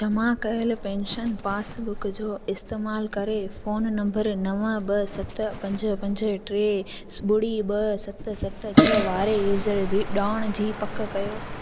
जमा कयल pension passbook जो इस्तमाल करे फोन नव ॿ सत पंज पंज टे ॿुड़ी ॿ सत सत छह वारे यूज़र जी ॼाण जी पक कयो